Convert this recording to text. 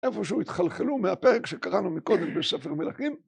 איפשהו התחלחלו מהפרק שקראנו מקודם בספר מלכים.